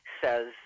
says